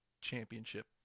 championship